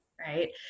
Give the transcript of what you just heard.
Right